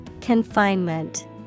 Confinement